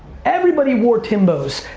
everybody wore timbos.